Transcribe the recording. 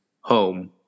home